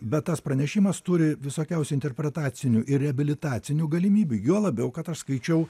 bet tas pranešimas turi visokiausių interpretacinių ir reabilitacinių galimybių juo labiau kad aš skaičiau